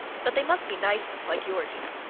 but they must be nice ones, like yours, you know.